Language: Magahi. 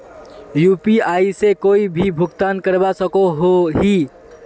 यु.पी.आई से कोई भी भुगतान करवा सकोहो ही?